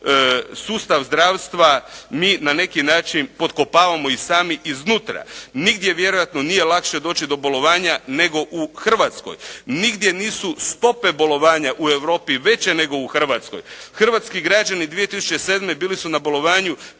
sustav zdravstva mi na neki način potkopavamo i sami iznutra. Nigdje vjerojatno nije lakše doći do bolovanja nego u Hrvatskoj. nigdje nisu stope bolovanja u Europi veće nego u Hrvatskoj. Hrvatski građani 2007. bili su na bolovanju